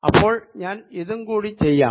അപ്പോൾ ഞാൻ അതും കൂടി ചെയ്യാം